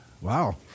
Wow